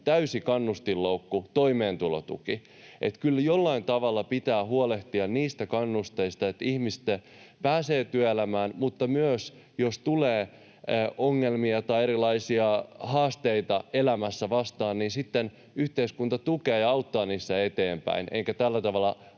täysi kannustinloukku, toimeentulotuki. Kyllä jollain tavalla pitää huolehtia niistä kannusteista, että ihmiset pääsevät työelämään, mutta myös, jos tulee ongelmia tai erilaisia haasteita elämässä vastaan, yhteiskunta sitten tukee ja auttaa niissä eteenpäin eikä tällä tavalla